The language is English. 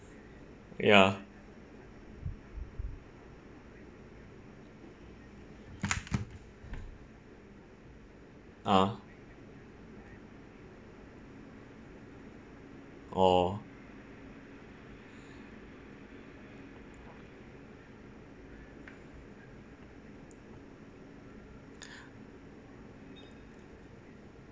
ya uh orh